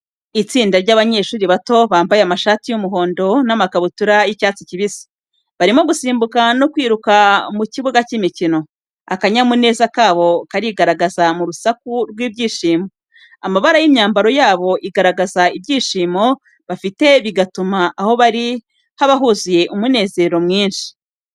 Itsinda ry’abanyeshuri bato bambaye amashati y’umuhondo n’amakabutura y’icyatsi kibisi, barimo gusimbuka no kwiruka mu kibuga cy’imikino. Akanyamuneza kabo karigaragaza mu rusaku rw’ibyishimo. Amabara y’imyambaro yabo igaragaza ibyishimo bafite bigatuma aho bari haba huzuye umunezero mwinshi.